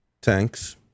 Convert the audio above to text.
tanks